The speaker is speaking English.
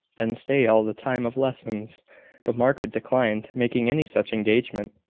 and stay all the time of lessons but margaret declined making any such engagement.